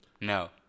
no